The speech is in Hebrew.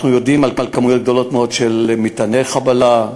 אנחנו יודעים על כמויות גדולות מאוד של מטעני חבלה,